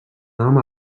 nom